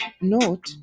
note